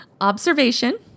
Observation